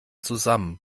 zusammen